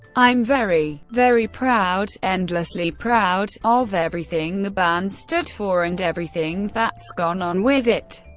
i'm very, very proud endlessly proud of everything the band stood for and everything that's gone on with it.